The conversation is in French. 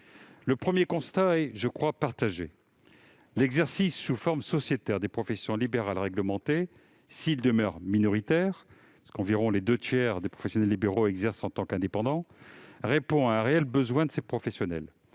le premier constat est partagé entre nous : l'exercice sous forme sociétaire des professions libérales réglementées, s'il demeure minoritaire- environ les deux tiers des professionnels libéraux exercent en tant qu'indépendants -répond à un réel besoin de ces professionnels,